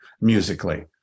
musically